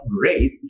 great